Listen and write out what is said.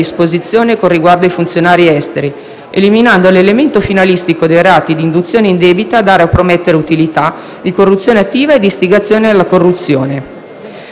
disposizione con riguardo ai funzionari esteri, eliminando l'elemento finalistico dei reati di induzione indebita a dare o promettere utilità, di corruzione attiva e di istigazione alla corruzione.